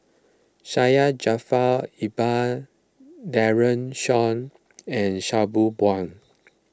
Syed Jaafar Albar Daren Shiau and Sabri Buang